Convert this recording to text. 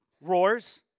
roars